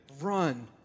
run